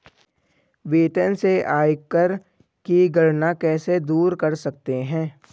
वेतन से आयकर की गणना कैसे दूर कर सकते है?